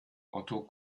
otto